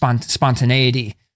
spontaneity